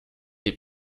des